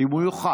אם הוא יוכל,